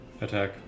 attack